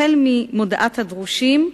החל ממודעת ה"דרושים",